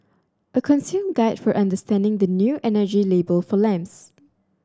a consumer guide for understanding the new energy label for lamps